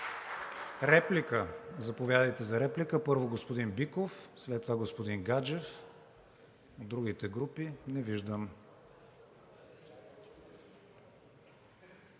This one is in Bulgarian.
Реплика? Заповядайте за реплика. Първо господин Биков. След това, господин Гаджев. Другите групи? Не виждам.